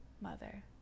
mother